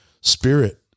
spirit